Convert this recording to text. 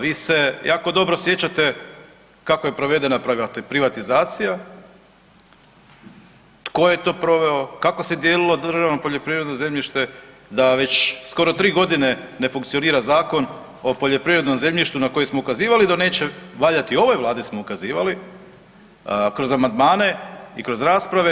Vi se jako dobro sjećate kako je provedena privatizacija, tko je to proveo, kako se dijelilo državno poljoprivredno zemljište da već skoro tri godine ne funkcionira Zakon o poljoprivrednom zemljištu na koji smo ukazivali da neće valjati i ovoj Vladi smo ukazivali kroz amandmane i kroz rasprave.